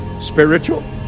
spiritual